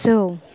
जौ